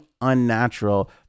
unnatural